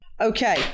Okay